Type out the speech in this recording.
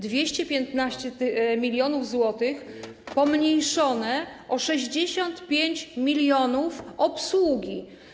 215 mln zł pomniejszone o 65 mln obsługi.